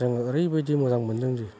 जों ओरैबायदि मोजां मोनदों दि